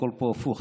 הכול פה הפוך,